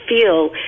feel